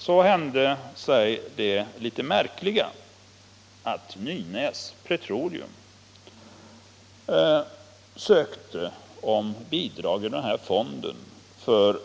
Så hände sig det märkliga att Nynäs-Petroleum ansökte om bidrag ur fonden för